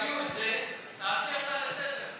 כשיביאו את זה, תעשי הצעה לסדר.